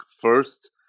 first